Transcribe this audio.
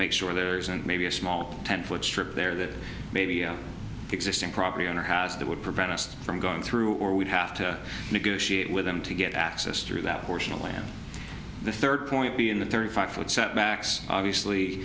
make sure there isn't maybe a small ten foot strip there that maybe existing property owner has that would prevent us from going through or we'd have to negotiate with them to get access through that fortunately and the third point be in the thirty five foot setbacks obviously